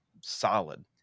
solid